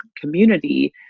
community